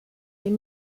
deux